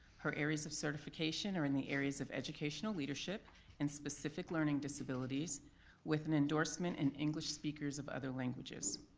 her areas of certification are in the areas of educational leadership and specific learning disabilities with an endorsement in english speakers of other languages.